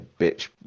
bitch